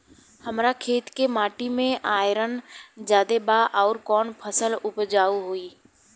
हमरा खेत के माटी मे आयरन जादे बा आउर कौन फसल उपजाऊ होइ?